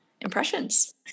impressions